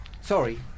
Sorry